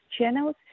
channels